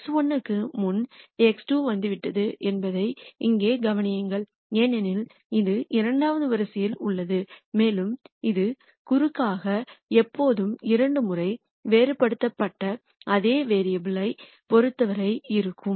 X1 க்கு முன் x2 வந்துவிட்டது என்பதை இங்கே கவனியுங்கள் ஏனெனில் இது இரண்டாவது வரிசையில் உள்ளது மேலும் இது குறுக்காக எப்போதும் இரண்டு முறை வேறுபடுத்தப்பட்ட அதே வேரியபுல் யைப் பொறுத்தவரை இருக்கும்